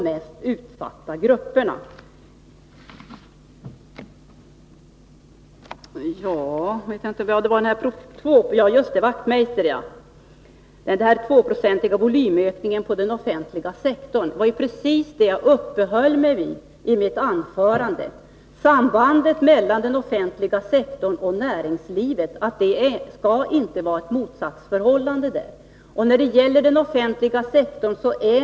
Knut Wachtmeister frågade om den 2-procentiga volymökningen på den offentliga sektorn. Det var precis detta som jag uppehöll mig vid i mitt anförande. Jag sade att det inte skall råda något motsatsförhållande mellan den offentliga sektorn och näringslivet.